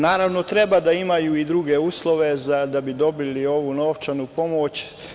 Naravno, treba da imaju i druge uslove da bi dobili ovu novčanu pomoć.